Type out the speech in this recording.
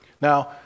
Now